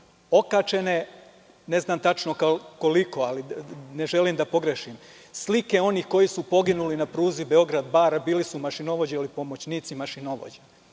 Okačene, ne znam tačno koliko, ali ne želim da pogrešim, slike onih koji su poginuli na pruzi Beograd-Bar bili su mašinovođe ili pomoćnici mašinovođa.